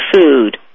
food